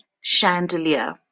chandelier